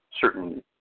certain